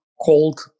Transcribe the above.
cold